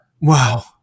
Wow